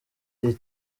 iri